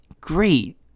Great